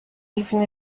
even